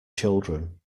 children